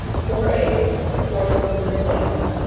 four eggs four spoons of flour,